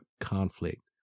conflict